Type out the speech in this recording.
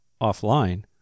offline